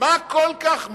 מה כל כך,